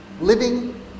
Living